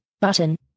button